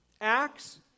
Acts